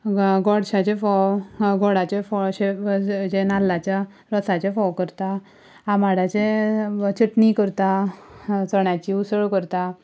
गोडशाचे फोव गोडाचे फोव जे नाल्लाच्या रोसाचे फोव करता आंबाड्याचे चेटणी करता चण्यांचें उसळ करता